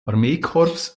armeekorps